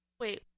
Wait